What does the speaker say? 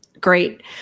great